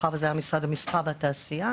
מאחר שזה היה משרד המסחר והתעשייה,